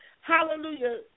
Hallelujah